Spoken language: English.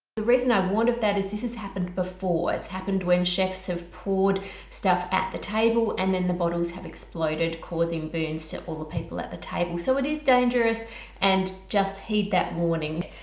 the reason i warned of that is this has happened before. it's happened when chefs have poured stuff at the table and then the bottles have exploded causing burns to all the people at the table. so it is dangerous and just heed that warning.